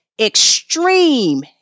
extreme